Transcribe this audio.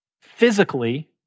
physically